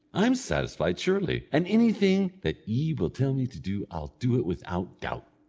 i'm satisfied, surely, and anything that ye will tell me to do i'll do it without doubt.